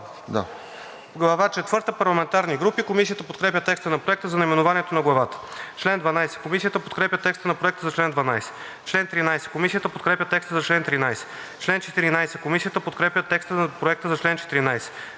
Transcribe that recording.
Глава четвърта – Парламентарни групи. Комисията подкрепя текста на Проекта за наименованието на Глава четвърта. Комисията подкрепя текста на Проекта за чл. 12. Комисията подкрепя текста на Проекта за чл. 13. Комисията подкрепя текста на Проекта за чл. 14.